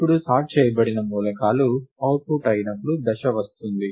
ఇప్పుడు సార్ట్ చేయబడిన మూలకాలు అవుట్పుట్ అయినప్పుడు దశ వస్తుంది